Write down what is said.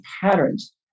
patterns